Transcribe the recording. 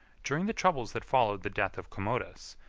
during the troubles that followed the death of commodus,